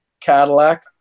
cadillac